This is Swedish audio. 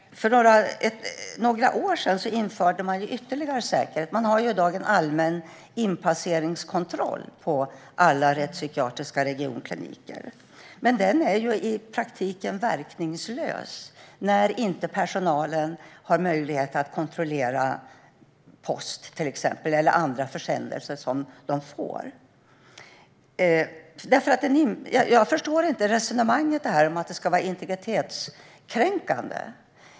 För några år sedan infördes ytterligare säkerhet. Man har i dag en allmän inpasseringskontroll på alla rättspsykiatriska regionkliniker. Men den är i praktiken verkningslös när personalen inte har möjlighet att kontrollera till exempel post eller andra försändelser till de intagna. Jag förstår inte resonemanget om att detta skulle vara integritetskränkande.